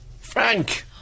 Frank